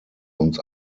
uns